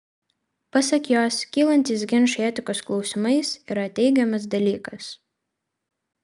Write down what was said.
pasak jos kylantys ginčai etikos klausimais yra teigiamas dalykas